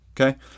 Okay